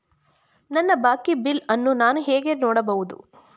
ನನ್ನ ಬಾಕಿ ಬಿಲ್ ಅನ್ನು ನಾನು ಹೇಗೆ ನೋಡಬಹುದು?